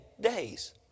days